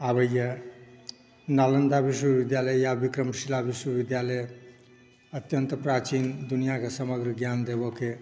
आबैया नालन्दा विश्वविद्यालय या विक्रमशिला विश्वविद्यालय अत्यन्त प्राचीन दुनियाँकेँ समग्र ज्ञान देबऽके